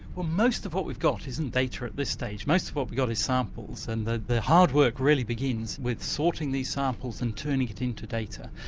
most of what we've got isn't data at this stage, most of what we've got is samples, and the the hard work really begins with sorting these samples and turning it into data.